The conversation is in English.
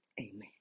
Amen